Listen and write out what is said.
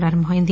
ప్రారంభమైంది